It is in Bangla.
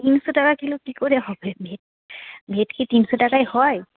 তিনশো টাকা কিলো কি করে হবে ভেটকি তিনশো টাকায় হয়